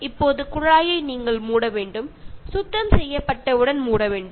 இப்போது குழாயை நீங்கள் மூட வேண்டும் சுத்தம் செய்யப்பட்டவுடன் மூட வேண்டும்